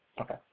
Okay